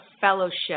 fellowship